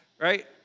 Right